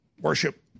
worship